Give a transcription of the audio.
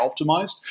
optimized